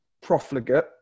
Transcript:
profligate